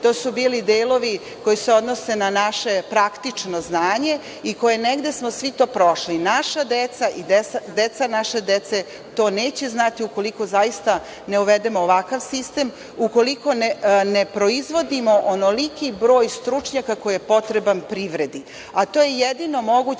to su bili delovi koji se odnose na naše praktično znanje i koje smo negde svi prošli. Naša deca i deca naše dece to neće znati ukoliko zaista ne uvedemo ovakav sistem, ukoliko ne proizvodimo onoliki broj stručnjaka koji je potreban privredi,